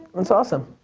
that's awesome.